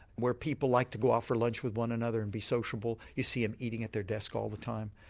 where people like to go out for lunch with one another and be sociable, you see them eating at their desk all the time.